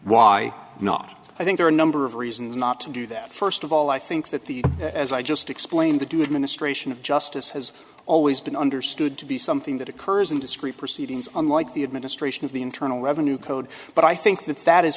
why not i think there are a number of reasons not to do that first of all i think that the as i just explained the do administration of justice has always been understood to be something that occurs in discrete proceedings unlike the administration of the internal revenue code but i think that that is